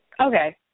Okay